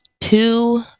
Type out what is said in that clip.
two